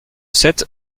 sept